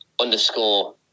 Underscore